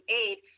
aid